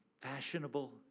fashionable